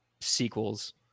sequels